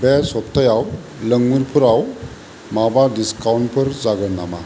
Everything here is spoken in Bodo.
बे सबथायाव लोंमुंफोराव माबा डिसकाउन्टफोर जागोन नामा